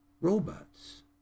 robots